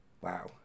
Wow